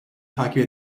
takip